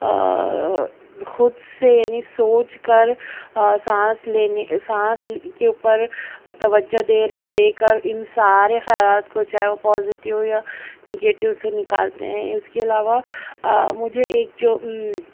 خود سے یعنی سوچ کر سانس لینے سانس کے اوپر توجہ دے دے کر ان سارے خیالات کو چاہے وہ پوزیٹو ہو یا نگیٹو سے نکالتے ہیں اس کے علاوہ مجھے ایک جو